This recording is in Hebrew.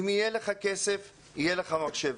אם יהיה לך כסף - יהיה לך מחשב,